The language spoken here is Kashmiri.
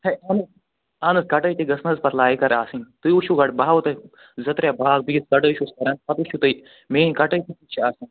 ہے اَہَن حظ اَہَن حظ کَٹٲے تہِ گژھِ پَتہٕ لاگہِ کار آسٕنۍ تُہۍ وُچھو گوڈٕ بہٕ ہاوَو تۄہہ زٕ ترٛےٚ باغ بہٕ یِژھ کَٹٲے چھُس کَران پَتہٕ وُچھُو تُہۍ میٛٲنۍ کَٹٲے کِژھ چھِ آسان